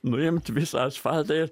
nuimt visą asfaltą ir